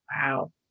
Wow